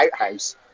outhouse